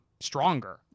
stronger